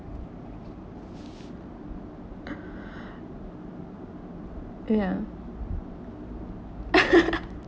ya